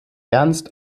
ernst